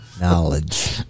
Knowledge